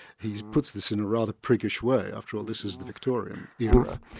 he puts this in a rather prudish way, after all, this is the victorian era.